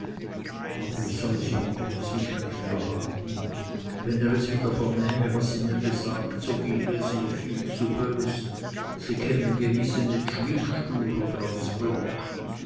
aber ich solle sie um gotteswillen nicht verraten wenn er es wieder vernähme was sie mir gesagt so ginge es ihr viel zu bös sie käme gewiß in den schwingstuhl oder ans block